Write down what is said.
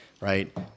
right